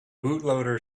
bootloader